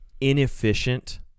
inefficient